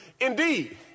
Indeed